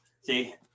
See